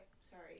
Sorry